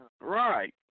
Right